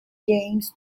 games